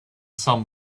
sun